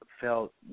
felt